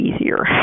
easier